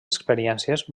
experiències